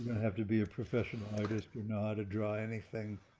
have to be a professional artist, you're not a dry anything,